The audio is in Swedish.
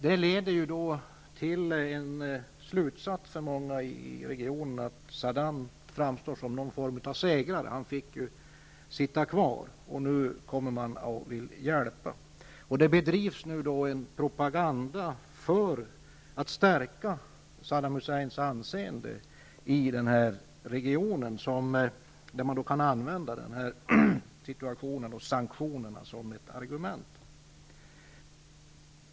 Det leder för många i regionen till en slutsats att Saddam är en segrare i någon form. Han fick ju sitta kvar, och nu kommer man och vill lämna hjälp. Det bedrivs en propaganda för att stärka Saddam Husseins anseende i regionen, där man kan använda sanktionerna och den rådande situationen som ett argument.